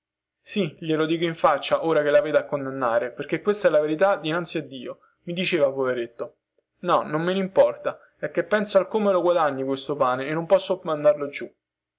sì glielo dico in faccia ora che lavete a condannare perchè questa è la verità dinanzi a dio mi diceva poveretto no non me ne importa è che penso al come lo guadagni questo pane e non posso mandarlo giù